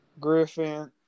Griffin